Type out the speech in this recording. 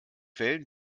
quellen